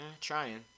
Trying